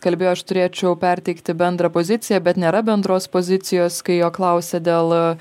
kalbėjo aš turėčiau perteikti bendrą poziciją bet nėra bendros pozicijos kai jo klausia dėl